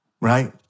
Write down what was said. right